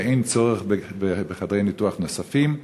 ואין צורך בחדרי ניתוח נוספים?